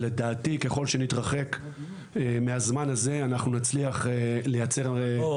ולדעתי ככל שנתרחק מהזמן הזה אנחנו נצליח לייצר --- רק